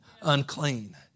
unclean